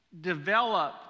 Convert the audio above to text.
develop